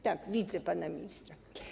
Tak, widzę pana ministra.